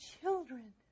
children